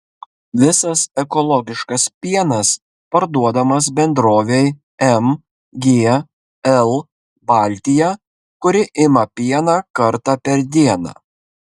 visas ekologiškas pienas parduodamas bendrovei mgl baltija kuri ima pieną kartą per dieną